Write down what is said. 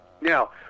Now